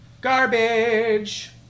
Garbage